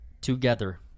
together